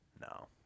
No